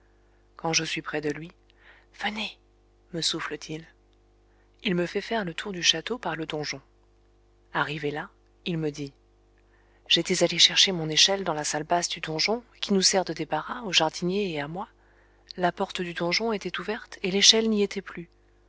quand je suis près de lui venez me souffle t il il me fait faire le tour du château par le donjon arrivé là il me dit j'étais allé chercher mon échelle dans la salle basse du donjon qui nous sert de débarras au jardinier et à moi la porte du donjon était ouverte et l'échelle n'y était plus